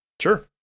Sure